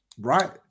right